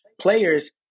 players